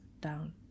down